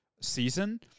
season